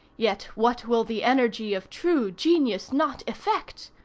yet what will the energy of true genius not effect?